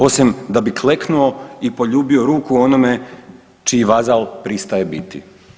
Osim da bi kleknuo i poljubio ruku onome čiji vazal pristaje biti.